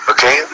Okay